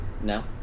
No